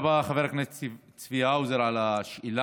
תודה רבה, חבר הכנסת צבי האוזר, על השאלה.